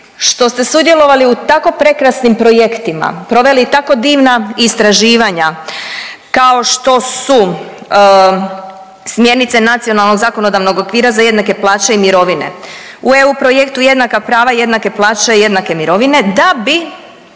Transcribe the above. što ste sudjelovali u tako prekrasnim projektima, proveli tako divna istraživanja kao što su smjernice nacionalnog zakonodavnog okvira za jednake plaće i mirovine. U EU projektu Jednaka prava, jednake plaće, jednake mirovine, da bi